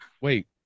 wait